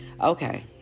Okay